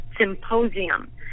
symposium